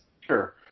Sure